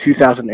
2008